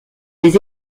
des